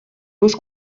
los